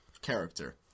character